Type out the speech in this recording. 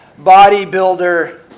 bodybuilder